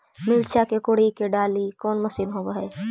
मिरचा के कोड़ई के डालीय कोन मशीन होबहय?